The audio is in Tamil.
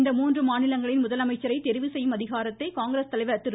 இம்மூன்று மாநிலங்களின் முதலமைச்சரை தெரிவு செய்யும் அதிகாரத்தை காங்கிரஸ் தலைவர் திரு